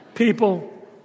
people